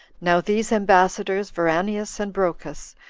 now these ambassadors, veranius and brocchus,